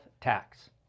tax